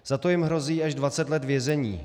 Za to jim hrozí až dvacet let vězení.